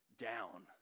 down